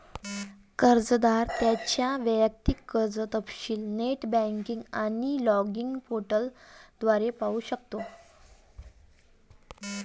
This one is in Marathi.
कर्जदार त्यांचे वैयक्तिक कर्ज तपशील नेट बँकिंग आणि लॉगिन पोर्टल द्वारे पाहू शकतात